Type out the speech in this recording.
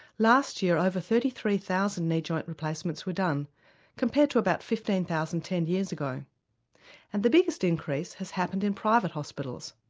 last year over thirty three thousand knee joint replacements were done compared to about fifteen thousand ten years ago and the biggest increase has happened in private hospitals.